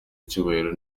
icyubahiro